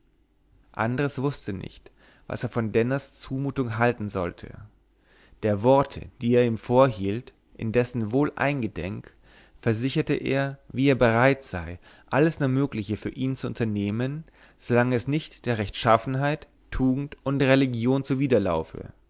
andres wußte nicht was er von denners zumutung halten sollte der worte die er ihm vorhielt indessen wohl eingedenk versicherte er wie er bereit sei alles nur mögliche für ihn zu unternehmen sobald es nicht der rechtschaffenheit tugend und religion zuwiderlaufe